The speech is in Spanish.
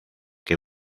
que